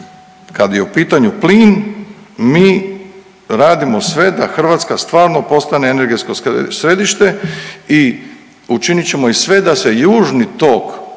kad je u pitanju plin mi radimo sve da Hrvatska stvarno postane energetsko središte i učinit ćemo i sve da se južni tok